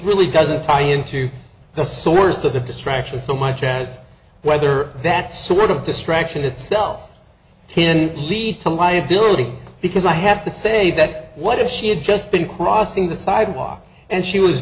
really doesn't tie into the source of the distraction so much as whether that sort of distraction itself can lead to liability because i have to say that what if she had just been crossing the sidewalk and she was